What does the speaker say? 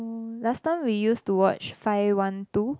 mm last time we used to watch five one two